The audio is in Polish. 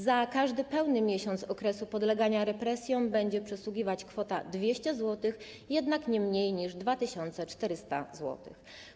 Za każdy pełny miesiąc okresu podlegania represjom będzie przysługiwać kwota 200 zł, jednak nie mniej niż 2400 zł.